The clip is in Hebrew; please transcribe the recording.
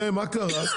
ומה קרה?